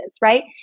right